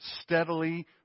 steadily